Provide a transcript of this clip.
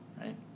Right